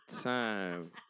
time